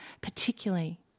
particularly